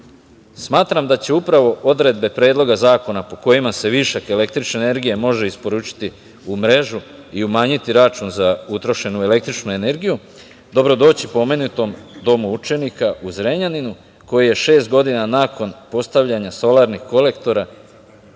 Smatram da će upravo odredbe Predloga zakona po kojima se višak električne energije može isporučiti u mrežu i umanjiti račun za utrošenu električnu energiju dobro doći pomenutom Domu učenika u Zrenjaninu koji je šest godina nakon postavljanja solarnih kolektora